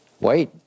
Wait